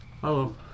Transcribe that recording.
hello